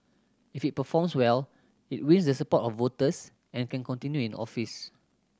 if it performs well it wins the support of voters and can continue in office